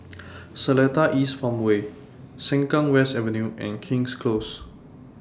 Seletar East Farmway Sengkang West Avenue and King's Close